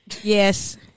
Yes